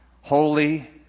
Holy